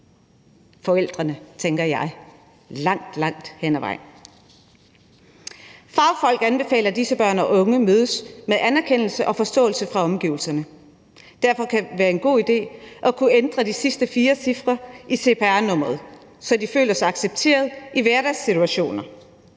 forældrene langt hen ad vejen, tænker jeg. Fagfolk anbefaler, at disse børn og unge mødes med anerkendelse og forståelse fra omgivelserne, og derfor kan det være en god idé at kunne ændre de sidste fire cifre i cpr-nummeret, så de føler sig accepteret i hverdagssituationer,